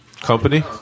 Company